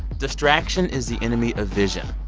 distraction is the enemy of vision.